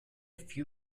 few